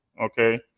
Okay